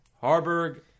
Harburg